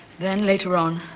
then, later on,